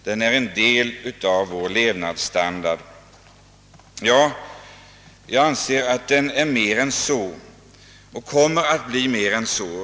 Den är en del av vår levnadsstandard.» Jag anser att den är och kommer att bli mer än så.